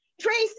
Trace